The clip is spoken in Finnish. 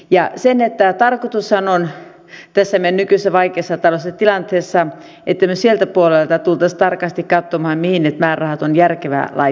tarkoitushan on tässä meidän nykyisessä vaikeassa taloudellisessa tilanteessa että me sieltä puolelta tulisimme tarkasti katsomaan mihin ne määrärahat on järkevää laittaa